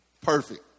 Perfect